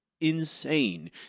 insane